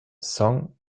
song